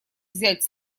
взять